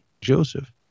Joseph